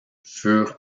furent